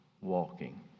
walking